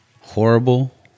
horrible